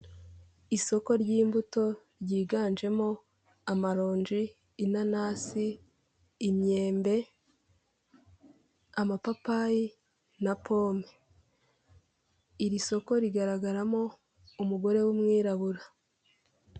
Isoko ry'imbuto ryiganjemo amaronji, inanasi, imyembe amapapayi, na pome. Iri soko rigaragaramo umugore w'umwirabura.